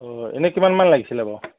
অঁ এনে কিমানমান লাগিছিলে বাৰু